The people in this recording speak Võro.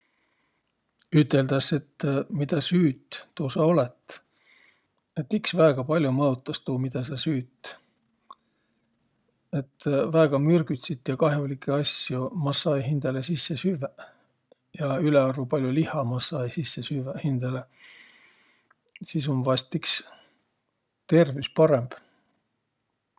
Üteldäs, et midä süüt, tuu sa olõt. Et iks väega pall'o mõotas tuu, midä sa süüt. Et väega mürgütsit ja kah'olikkõ asjo massa-ai hindäle sisse süvväq. Ja ülearvo lihha massa-ai sisse süvväq hindäle, sis um vaest iks tervüs parõmb.